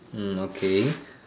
hmm okay